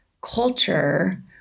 culture